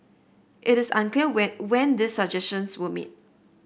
it is unclear when when these suggestions were made